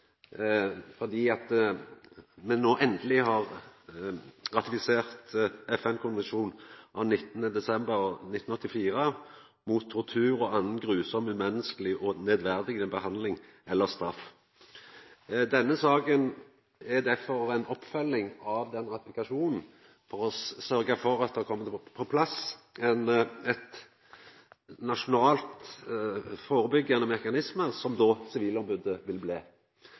fordi me no endeleg har ratifisert FN sin konvensjon av 10. desember 1984 «mot tortur og annen grusom, umenneskelig eller nedverdigende behandling eller straff». Denne saka er derfor ei oppfølging av den ratifikasjonen for å sørgja for at det kjem på plass ein nasjonalt førebyggjande mekanisme som Sivilombodsmannen då vil bli.